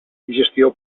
digestió